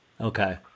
Okay